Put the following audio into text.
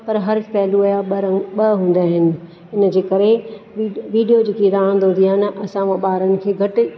पर हर पहिलूअ जा ॿ रंग ॿ हूंदा आहिनि इनजे करे वी वीडियो जेकी रांदि हूंदी आहे न असां हूअ ॿारनि खे घटि